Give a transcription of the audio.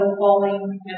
falling